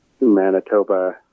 Manitoba